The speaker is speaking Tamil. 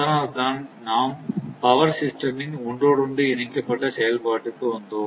அதனால்தான் நாம் பவர் சிஸ்டம் ன் ஒன்றோடொன்று இணைக்கப்பட்ட செயல்பாட்டிற்கு வந்தோம்